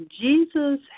Jesus